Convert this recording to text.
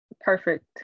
perfect